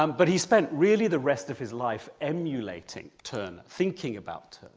um but he spent really the rest of his life emulating turner, thinking about